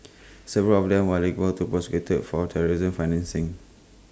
several of them were liable to prosecuted for terrorism financing